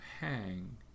hang